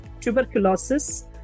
tuberculosis